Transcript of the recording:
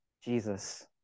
Jesus